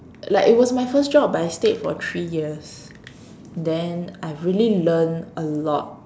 like it was my first job but I stayed for three years then I've really learn a lot